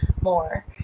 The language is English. more